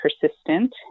persistent